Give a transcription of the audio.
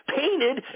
painted